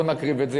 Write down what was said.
בוא נקריב את זה,